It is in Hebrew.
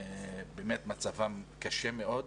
באמת מצבם קשה מאוד.